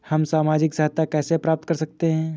हम सामाजिक सहायता कैसे प्राप्त कर सकते हैं?